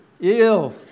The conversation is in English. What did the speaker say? Ew